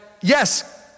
yes